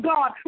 God